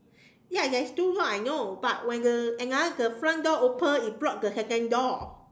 ya there is two door I know but when the another the front door open it block the second door